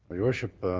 your worship,